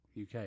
UK